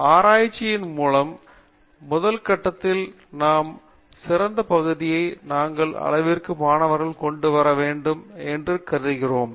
எனவே ஆராய்ச்சியின் முதல் கட்டத்தில் சிறந்த பகுதியை நாங்கள் இந்த அளவிற்கு மாணவர்களுக்குக் கொண்டு வர வேண்டும் என்று நாங்கள் கருதுகிறோம்